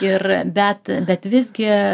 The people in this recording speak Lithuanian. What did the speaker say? ir bet bet visgi